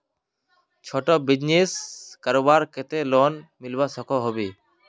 छोटो बिजनेस करवार केते लोन मिलवा सकोहो होबे?